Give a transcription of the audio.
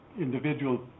individual